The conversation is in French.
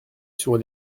sur